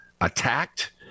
attacked